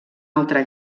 altra